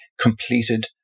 completed